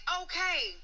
okay